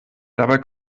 dabei